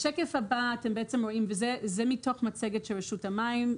השקף הבא הוא מתוך מצגת של רשות המים.